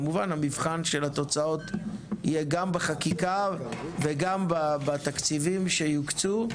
כמובן שהמבחן של התוצאות יהיה גם בחקיקה וגם בתחשיבים שיוקצו.